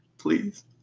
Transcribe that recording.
Please